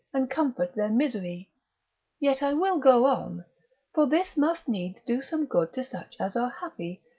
and comfort their misery yet i will go on for this must needs do some good to such as are happy,